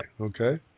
okay